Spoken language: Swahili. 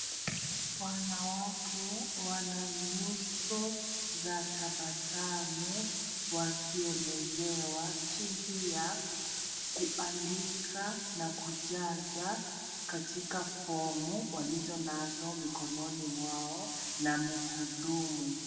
Wanawake wana nyuso za tabasamu wakielezewa jinsi ya kuandika na kujaza katika fomu walizo nazo mikononi mwao na mhudumu.